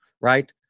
right